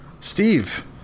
steve